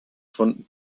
von